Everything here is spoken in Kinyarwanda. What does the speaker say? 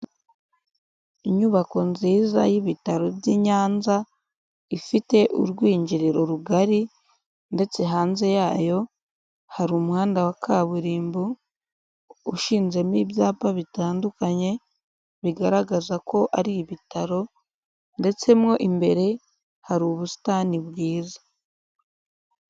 Inyubako nziza y'ibitaro by'i Nyanza ifite urwinjiriro rugari ndetse hanze yayo hari umuhanda wa kaburimbo ushinzemo ibyapa bitandukanye bigaragaza ko ari ibitaro ndetse mo imbere hari ubusitani bwiza.